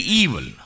evil